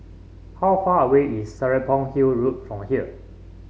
how far away is Serapong Hill Road from here